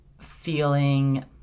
feeling